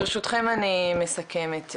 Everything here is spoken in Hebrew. ברשותכם אני מסכמת,